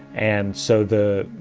and so the,